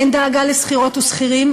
אין דאגה לשכירות ושכירים,